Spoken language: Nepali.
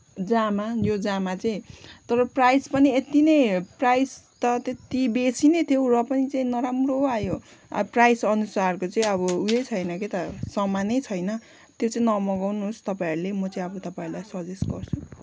जामा यो जामा चाहिँ तर प्राइस पनि यति नै प्राइस त त्यति बेसी नै थियो र पनि चाहिँ नराम्रो आयो प्राइस अनुसारको चाहिँ अब उयो छैन के त सामानै छैन त्यो चाहिँ नमगाउनुहोस् तपाईँहरूले म चाहिँ अब तपाईँहरूलाई सजेस्ट गर्छु